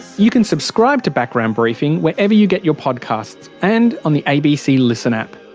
you can subscribe to background briefing wherever you get your podcasts, and on the abc listen app.